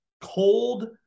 cold